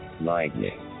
lightning